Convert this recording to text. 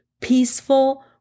peaceful